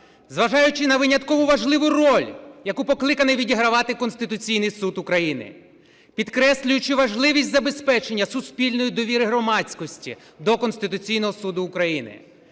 зважаючи на виняткову важливу роль, яку покликаний відігравати Конституційний Суд, підкреслюючи важливість забезпечення суспільної довіри громадськості до Конституційного Суду України,